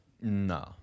No